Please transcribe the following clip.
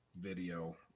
video